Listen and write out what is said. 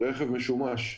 רכב משומש.